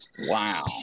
Wow